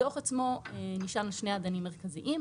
הדוח עצמו נשען על שני אדנים מרכזיים.